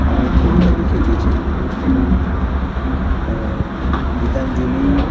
অনেক কবিতা লিখে গিয়েছেন এবং গীতাঞ্জলি